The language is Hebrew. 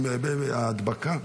ההדבקה?